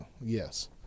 yes